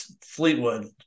Fleetwood